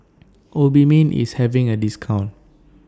Obimin IS having A discount